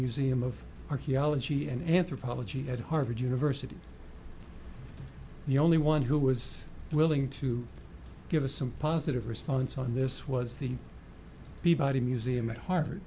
museum of archaeology and anthropology at harvard university the only one who was willing to give us some positive response on this was the peabody museum at harvard